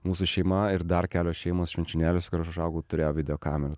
mūsų šeima ir dar kelios šeimos švenčionėliuose kur aš užaugau turėjo videokamerą